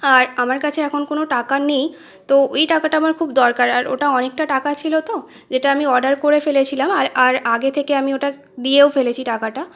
আর আমার কাছে এখন কোনো টাকা নেই তো ওই টাকাটা আমার খুব দরকার আর ওটা অনেকটা টাকা ছিল তো যেটা আমি অর্ডার করে ফেলেছিলাম আর আর আগে থেকে আমি ওটা দিয়েও ফেলেছি টাকাটা